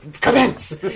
commence